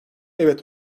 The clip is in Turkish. evet